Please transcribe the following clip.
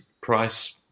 price